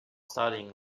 studying